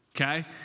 okay